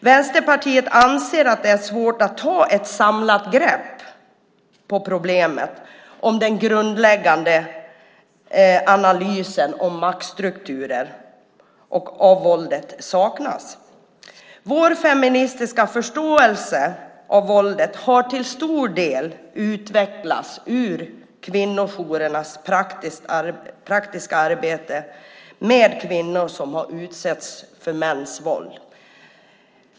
Vänsterpartiet anser att det är svårt att ta ett samlat grepp på problemet om den grundläggande analysen av maktstrukturer och våldet saknas. Vår feministiska förståelse av våldet har till stor del utvecklats ur kvinnojourernas praktiska arbete med kvinnor som har utsatts för mäns våld.